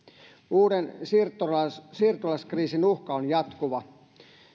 uuden siirtolaiskriisin siirtolaiskriisin uhka on jatkuva